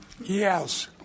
Yes